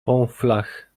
fąflach